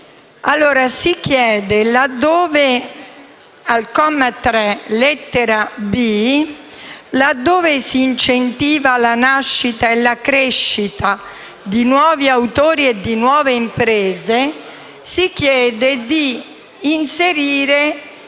al comma 3. Al comma 3, lettera *b)*, laddove si incentiva la nascita e la crescita di nuovi autori e di nuove imprese, si chiede di inserire